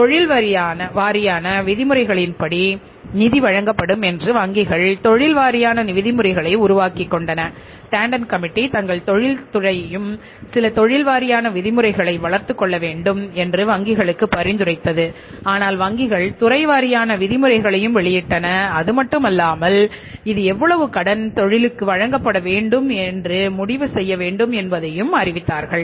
தொழில் வாரியான விதிமுறைகளின்படி நிதி வழங்கப்படும் என்று வங்கிகள் தொழில் வாரியான விதிமுறைகளை உருவாக்கிக் கொண்டன டோண்டன் கமிட்டி தங்கள் தொழில்துறையையும் சில தொழில் வாரியான விதிமுறைகளை வளர்த்துக் கொள்ள வேண்டும் என்று வங்கிகளுக்கு பரிந்துரைத்தது ஆனால் வங்கிகள் துறை வாரியான விதிமுறைகளையும் வெளியிட்டன அது மட்டுமல்லாமல்இது எவ்வளவு கடன் தொழிலுக்கு வழங்கப்பட வேண்டும் என்று முடிவு செய்ய வேண்டும் என்பதையும் அறிவித்தார்கள்